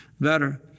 better